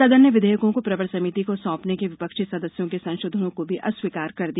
सदन ने विधेयकों को प्रवर समिति को सौंपने के विपक्षी सदस्यों के संशोधनों को भी अस्वीकार कर दिया